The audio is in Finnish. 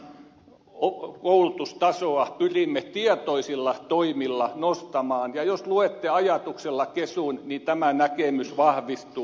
koko kansan koulutustasoa pyrimme tietoisilla toimilla nostamaan ja jos luette ajatuksella kesun niin tämä näkemys vahvistuu